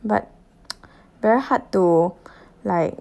but very hard to like